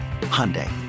Hyundai